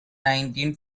nineteen